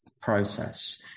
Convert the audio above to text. process